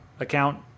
account